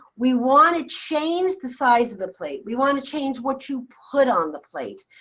we want to change the size of the plate. we want to change what you put on the plate.